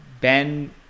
Ben